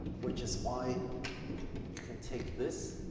which is why you can take this